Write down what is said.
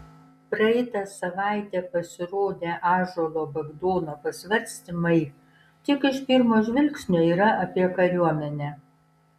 praeitą savaitę pasirodę ąžuolo bagdono pasvarstymai tik iš pirmo žvilgsnio yra apie kariuomenę